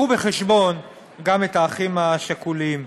יביאו בחשבון גם את האחים השכולים.